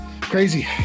Crazy